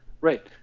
Right